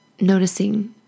noticing